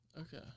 Okay